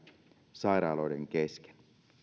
sairaaloiden kesken